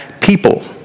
people